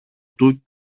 του